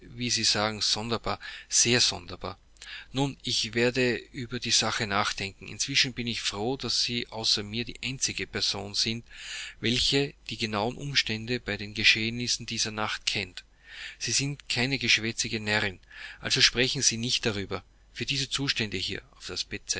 wie sie sagen sonderbar sehr sonderbar nun ich werde über die sache nachdenken inzwischen bin ich froh daß sie außer mir die einzige person sind welche die genauen umstände bei den geschehnissen dieser nacht kennt sie sind keine geschwätzige närrin also sprechen sie nicht darüber für diese zustände hier auf das